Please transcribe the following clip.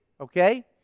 okay